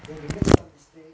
when you make some mistake